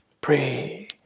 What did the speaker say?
pray